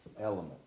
element